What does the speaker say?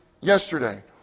yesterday